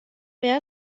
wer